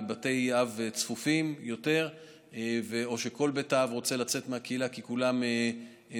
בבתי אב צפופים יותר או כשכל בית האב רוצה לצאת מהקהילה כי כולם נדבקו.